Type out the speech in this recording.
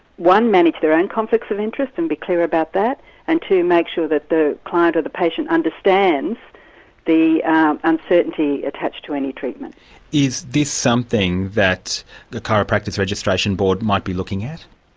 one, manage their own conflicts of interest and be clear about that and two, make sure that the client or the patient understands the uncertainty attached to any treatment. is this something that the chiropractors registration board might be looking at?